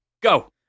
go